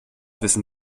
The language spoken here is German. wissen